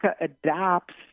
adapts